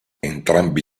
entrambi